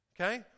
Okay